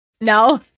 No